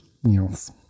yes